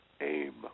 aim